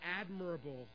admirable